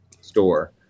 Store